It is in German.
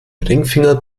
ringfinger